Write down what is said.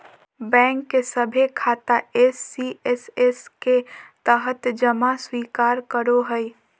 bank के सभे शाखा एस.सी.एस.एस के तहत जमा स्वीकार करो हइ